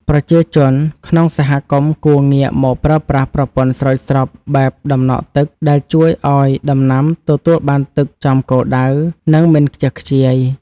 ប្រជាជនក្នុងសហគមន៍គួរងាកមកប្រើប្រាស់ប្រព័ន្ធស្រោចស្រពបែបដំណក់ទឹកដែលជួយឱ្យដំណាំទទួលបានទឹកចំគោលដៅ និងមិនខ្ជះខ្ជាយ។